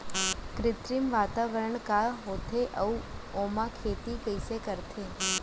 कृत्रिम वातावरण का होथे, अऊ ओमा खेती कइसे करथे?